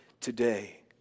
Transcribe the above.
today